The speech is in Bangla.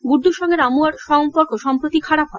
গুড্ডুর সঙ্গে রামুয়ার সম্পর্ক সম্প্রতি খারাপ হয়